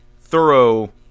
thorough